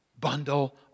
bundle